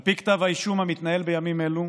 על פי כתב האישום המתנהל בימים אלו,